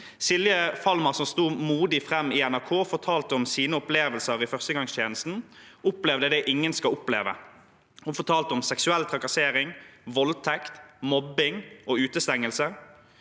Silje Falmår, som modig sto fram i NRK og fortalte om sine opplevelser i førstegangstjenesten, opplevde det ingen skal oppleve. Hun fortalte om seksuell trakassering, voldtekt, mobbing og utestengelse.